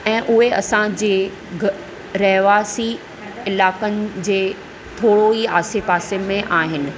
ऐं उहे असांजे रहिवासी इलाइक़नि जे थोरो ई आसे पासे में आहिनि